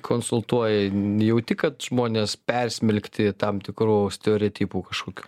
konsultuoji jauti kad žmonės persmelkti tam tikrų stereotipų kažkokių